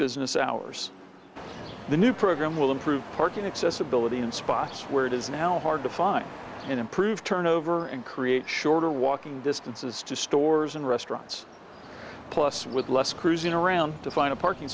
business hours the new program will improve park inaccessibility in spots where it is now hard to find and improve turnover and create shorter walking distances to stores and restaurants plus with less cruising around to find a parking